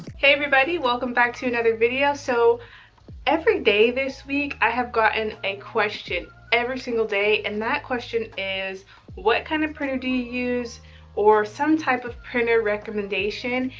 hey everybody. welcome back to another video. so every day this week i have gotten a question, every single day, and that question is what kind of printer do you use or some type of printer recommendation.